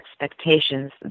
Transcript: expectations